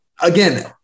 again